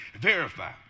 verify